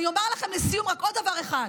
אני אומר לכם לסיום רק עוד דבר אחד: